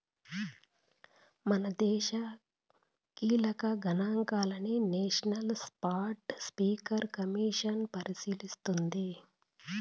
మనదేశ కీలక గనాంకాలని నేషనల్ స్పాటస్పీకర్ కమిసన్ పరిశీలిస్తోంది